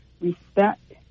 respect